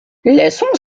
laissons